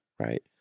right